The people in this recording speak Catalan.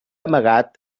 amagat